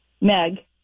Meg